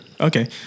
Okay